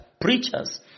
Preachers